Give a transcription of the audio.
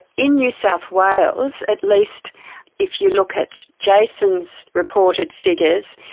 in new south wales, at least if you look at jason's reported figures,